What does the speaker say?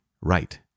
right